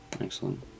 Excellent